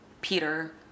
Peter